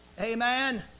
Amen